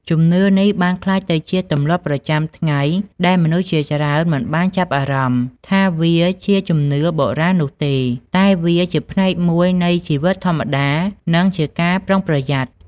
ជំនឿនេះបានក្លាយទៅជាទម្លាប់ប្រចាំថ្ងៃដែលមនុស្សជាច្រើនមិនបានចាប់អារម្មណ៍ថាវាជាជំនឿបុរាណនោះទេ តែវាជាផ្នែកមួយនៃជីវិតធម្មតា និងជាការប្រុងប្រយ័ត្ន។